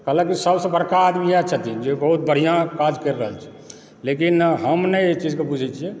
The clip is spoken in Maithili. कहलक जे सबसँ बड़का आदमी इएह छथिन जे बहुत बढ़िआँ काज करि रहल छै लेकिन हम नहि ई चीजके बुझए छियै